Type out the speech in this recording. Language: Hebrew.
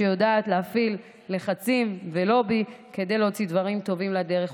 שיודעת להפעיל לחצים ולובי כדי להוציא דברים טובים לדרך.